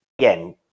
Again